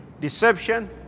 Deception